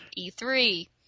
E3